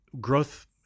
growth